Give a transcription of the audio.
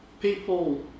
People